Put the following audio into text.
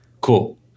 cool